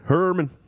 Herman